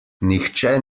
nihče